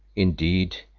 indeed,